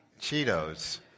Cheetos